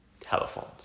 telephones